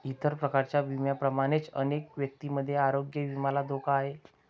इतर प्रकारच्या विम्यांप्रमाणेच अनेक व्यक्तींमध्ये आरोग्य विम्याला धोका आहे